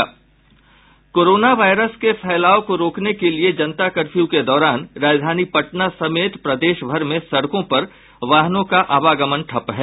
corona virus के फैलाव को रोकने के लिये जनता कर्फ्यू के दौरान राजधानी पटना समेत प्रदेशभर में सड़कों पर वाहनों का आवागमन ठप्प है